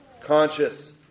Conscious